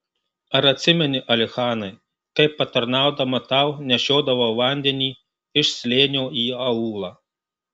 ar atsimeni alichanai kaip patarnaudama tau nešiodavau vandenį iš slėnio į aūlą